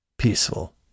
peaceful